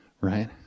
right